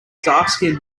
darkskinned